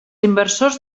inversions